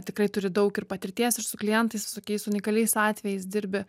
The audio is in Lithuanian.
tikrai turi daug ir patirties ir su klientais visokiais unikaliais atvejais dirbi